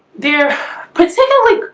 they're particularly,